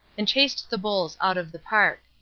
and chased the bulls out of the park.